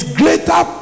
greater